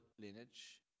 lineage